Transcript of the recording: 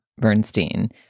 Bernstein